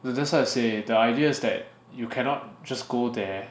dude that's what I say the idea is that you cannot just go there